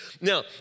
Now